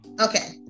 Okay